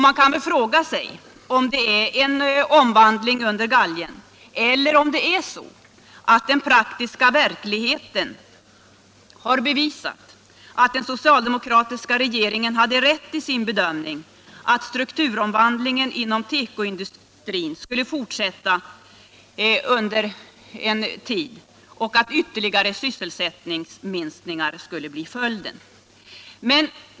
Man kan fråga sig om det är en omvändelse under galgen eller om den praktiska verkligheten har bevisat att den socialdemokratiska regeringen hade rätt i sin bedömning att strukturomvandlingen inom tekoindustrin skulle fortsätta med ytterligare sysselsättningsminskning som följd.